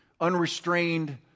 unrestrained